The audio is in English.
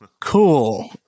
Cool